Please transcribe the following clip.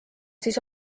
siis